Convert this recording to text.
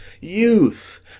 youth